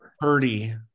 Purdy